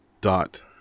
dot